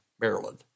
Maryland